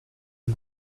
and